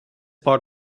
part